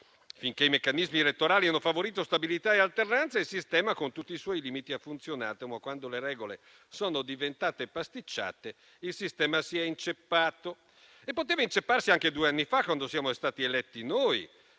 Finché i meccanismi elettorali hanno favorito stabilità e alternanza, il sistema, con tutti i suoi limiti, ha funzionato. Quando, però, le regole sono diventate pasticciate, il sistema si è inceppato. E poteva incepparsi anche due anni fa, quando siamo stati eletti noi.